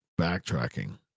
backtracking